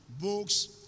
books